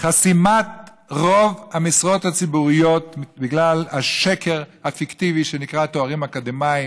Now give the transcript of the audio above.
חסימת רוב המשרות הציבוריות בגלל השקר הפיקטיבי שנקרא תארים אקדמיים,